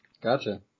Gotcha